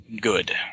Good